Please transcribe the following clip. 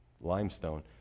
limestone